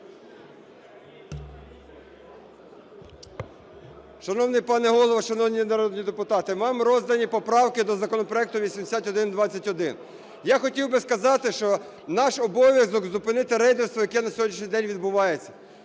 Шановний пане Голово, шановні народні депутати, вам роздані поправки до законопроекту 8121. Я хотів би сказати, що наш обов'язок – зупинити рейдерство, яке на сьогоднішній день відбувається.